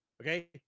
okay